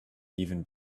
even